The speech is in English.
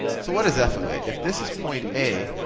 so what is f of a? if this is point a,